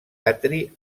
atri